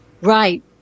Right